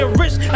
rich